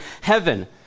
heaven